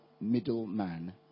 Middleman